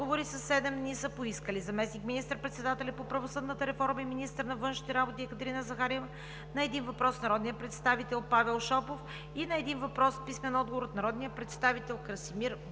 отговори със седем дни са поискали: - заместник министър-председателят по правосъдната реформа и министър на външните работи Екатерина Захариева – на един въпрос от народния представител Павел Шопов; и на един въпрос с писмен отговор от народния представител Красимир Богданов;